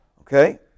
Okay